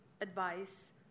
advice